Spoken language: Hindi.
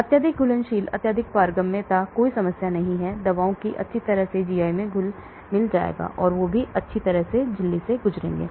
अत्यधिक घुलनशील अत्यधिक पारगम्य कोई समस्या नहीं है दवाओं को अच्छी तरह से जीआई में घुल मिल जाएगा और वे भी अच्छी तरह से झिल्ली से गुजरेंगे